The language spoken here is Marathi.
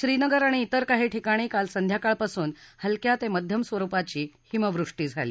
श्रीनगर आणि इतर काही ठिकाणी काल संध्याकाळपासून हलक्या ते मध्यम स्वरुपाची हिमवृष्टी झाली